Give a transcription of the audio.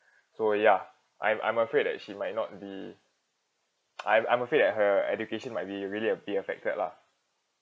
so ya I'm I'm afraid that she might not be I'm I'm afraid that her education might be really be affected lah